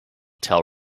tell